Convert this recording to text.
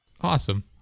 awesome